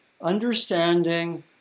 understanding